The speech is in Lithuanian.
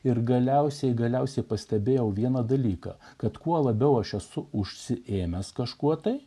ir galiausiai galiausiai pastebėjau vieną dalyką kad kuo labiau aš esu užsiėmęs kažkuo tai